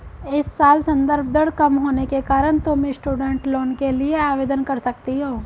इस साल संदर्भ दर कम होने के कारण तुम स्टूडेंट लोन के लिए आवेदन कर सकती हो